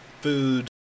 food